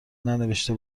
ننوشته